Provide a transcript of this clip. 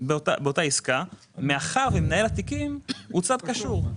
באותה עסקה, מאחר ומנהל התיקים הוא צד קשור.